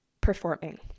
performing